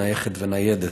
נייחת וניידת.